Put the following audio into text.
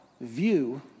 view